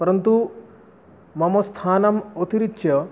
परन्तु मम स्थानम् अतिरिच्य